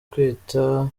kwita